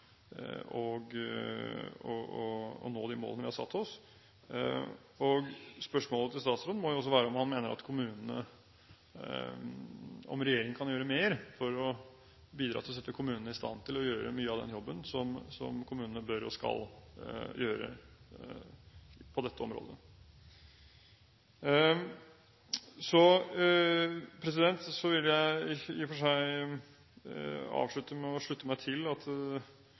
å nå de målene vi har satt oss. Spørsmålet til statsråden må jo også være om han mener at regjeringen kan gjøre mer for å bidra til å sette kommunene i stand til å gjøre mye av den jobben som kommunene bør og skal gjøre på dette området. Så vil jeg i og for seg slutte meg til at